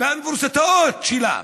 לאוניברסיטאות שלה.